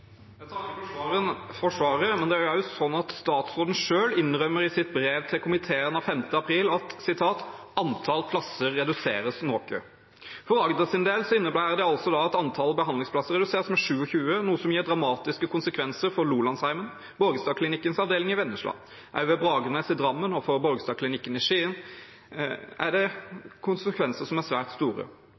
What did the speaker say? for svaret. Statsråden innrømmer selv i brev til komiteen av 5. april at «antall plasser reduseres noe». For Agders del innebærer det at antall behandlingsplasser reduseres med 27, noe som gir dramatiske konsekvenser for Lolandsheimen, Borgestadklinikkens avdeling i Vennesla. Også ved Bragernes i Drammen og ved Borgestadklinikken i Skien er konsekvensene svært store. Gjennom mange år har man bygd opp høyt kompetente fagmiljøer ved disse avdelingene, som